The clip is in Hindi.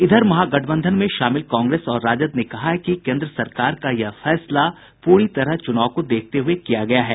इधर महागठबंधन में शामिल कांग्रेस और राजद ने कहा है कि केन्द्र सरकार का यह फैसला पूरी तरह चुनाव को देखते हुये किया गया है